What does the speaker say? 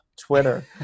Twitter